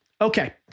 Okay